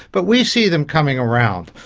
but we see them coming around.